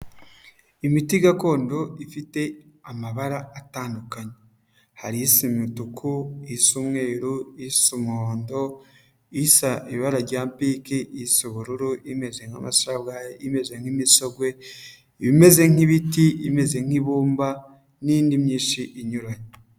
Imiti gakondo ifite amabara atandukanye, hari isa imituku, isa umweru, isa umuhondo, isa ibara rya piki, isa ubururu, imeze nka masabwayi, imeze nk'imisogwe, imeze nk'ibiti, imeze nk'ibumba, n'indi myinshi inyuranye.